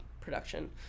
production